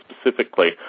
specifically